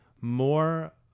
more